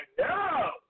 no